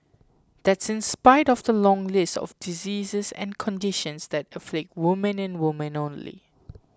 that's in spite of the long list of diseases and conditions that afflict women and women only